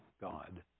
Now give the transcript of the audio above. God